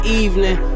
evening